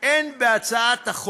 אני לא בעד בגידה.